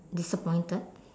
disappointed